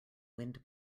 wind